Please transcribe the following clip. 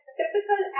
typical